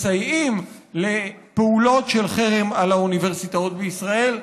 מסייעים לפעולות של חרם על האוניברסיטאות בישראל.